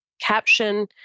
caption